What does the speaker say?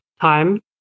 time